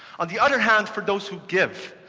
on the other hand, for those who give,